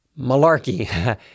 Malarkey